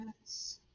yes